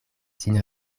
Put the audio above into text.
sin